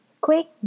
quick